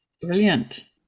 Brilliant